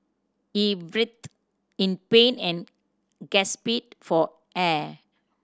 he writhed in pain and gasped for air